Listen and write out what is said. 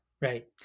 right